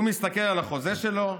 הוא מסתכל על החוזה שלו,